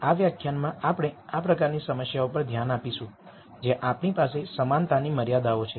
આ વ્યાખ્યાનમાં આપણે આ પ્રકારની સમસ્યાઓ પર ધ્યાન આપીશું જ્યાં આપણી પાસે સમાનતાની મર્યાદાઓ છે